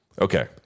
Okay